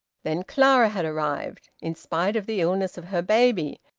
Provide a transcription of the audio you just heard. then clara had arrived, in spite of the illness of her baby,